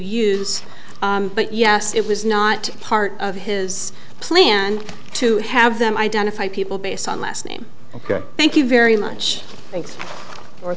use but yes it was not part of his plan to have them identify people based on last name ok thank you very much